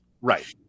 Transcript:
Right